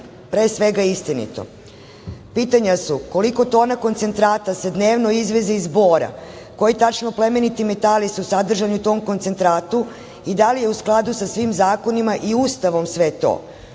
pre svega, istinito. Pitanja su – koliko tona koncentrata se dnevno izveze iz Bora? Koji tačno plemeniti metali su sadržani u tom koncentratu i da li je u skladu sa svim zakonima i Ustavom sve